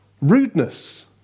rudeness